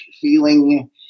feeling